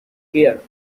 here